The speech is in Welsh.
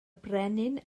brenin